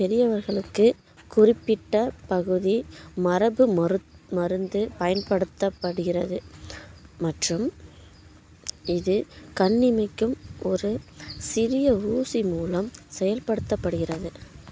பெரியவர்களுக்கு குறிப்பிட்டப் பகுதி மரபு மருத் மருந்து பயன்படுத்தப்படுகிறது மற்றும் இது கண்ணிமைக்கும் ஒரு சிறிய ஊசி மூலம் செயல்படுத்தப்படுகிறது